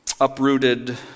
uprooted